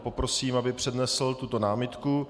Poprosím ho, aby přednesl tuto námitku.